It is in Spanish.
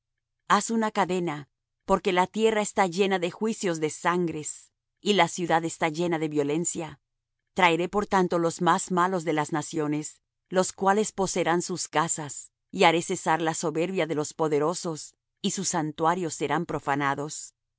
haz una cadena porque la tierra está llena de juicios de sangres y la ciudad está llena de violencia traeré por tanto los más malos de las naciones los cuales poseerán sus casas y haré cesar la soberbia de los poderosos y sus santuarios serán profanados